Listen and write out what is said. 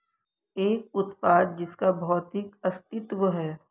एक उत्पाद जिसका भौतिक अस्तित्व है?